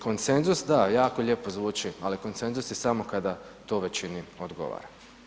Konsenzus da, jako lijepo zvuči, ali konsenzus je samo kada to većini odgovara.